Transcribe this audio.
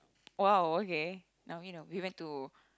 !wow! okay now you know we went to